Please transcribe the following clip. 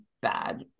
bad